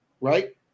right